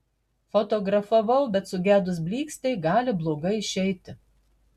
fotografavau bet sugedus blykstei gali blogai išeiti